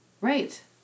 Right